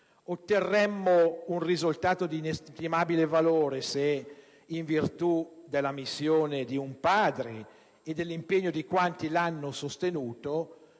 otterremmo invece un risultato di inestimabile valore se, in virtù della missione di un padre e dell'impegno di quanto l'hanno sostenuto,